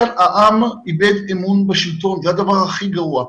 העם איבד אמון בשלטון, זה הדבר הכי גרוע.